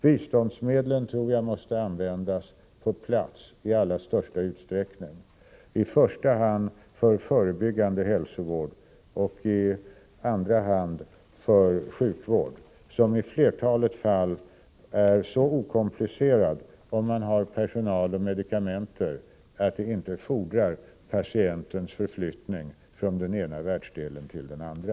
Biståndsmedlen tror jag emellertid måste användas på plats i allra största utsträckning, i första hand för förebyggande hälsovård och i andra hand för sjukvård som i flertalet fall är så okomplicerad om man har personal och medikamenter att det inte erfordras att patienten förflyttas från den ena världsdelen till den andra.